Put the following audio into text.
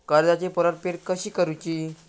कर्जाची परतफेड कशी करुची?